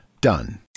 done